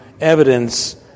evidence